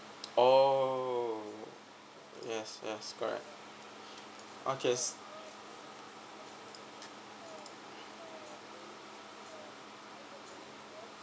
oh yes yes correct okay